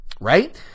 right